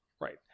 right